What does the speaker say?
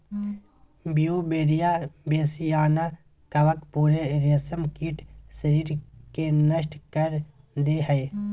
Beauveria bassiana कवक पूरे रेशमकीट शरीर के नष्ट कर दे हइ